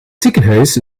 ziekenhuis